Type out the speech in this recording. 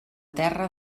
terra